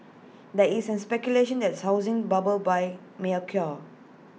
there isn't speculation that's housing bubble may occur